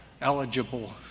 eligible